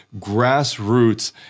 grassroots